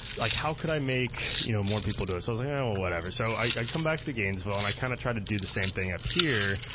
like how could i make you know more people do it? so, i um and whatever. so, i come back to gainesville and i kinda try to do the same thing up here,